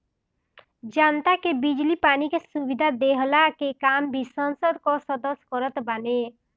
जनता के बिजली पानी के सुविधा देहला के काम भी संसद कअ सदस्य करत बाने